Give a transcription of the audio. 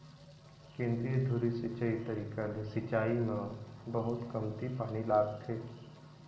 केंद्रीय धुरी सिंचई तरीका ले सिंचाई म बहुत कमती पानी लागथे